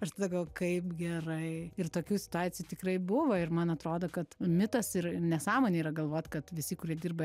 aš tada galvojau kaip gerai ir tokių situacijų tikrai buvo ir man atrodo kad mitas ir nesąmonė yra galvot kad visi kurie dirba